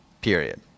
Period